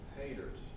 haters